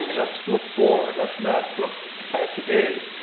let's look forward, let's not look at today.